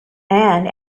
and